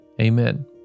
Amen